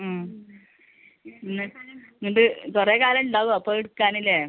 ഉം ഇന്ന് എന്നിട്ട് കുറേ കാലം ഉണ്ടാവുമോ അപ്പോൾ എടുക്കാൻ ഇല്ലേ